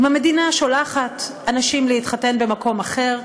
אם המדינה שולחת אנשים להתחתן במקום אחר,